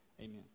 Amen